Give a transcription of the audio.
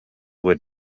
were